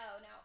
no